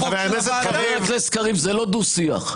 חבר הכנסת קריב, זה לא דו-שיח.